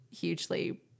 hugely